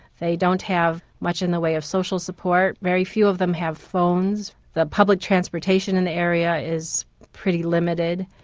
they don't have much in the way of social support, very few of them have phones, the public transportation in the area is pretty limited.